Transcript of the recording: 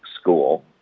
school